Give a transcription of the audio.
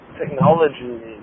technology